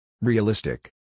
Realistic